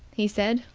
he said.